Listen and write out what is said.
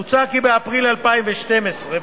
מוצע כי אם ב-1 באפריל 2012 ואילך